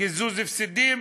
קיזוז הפסדים?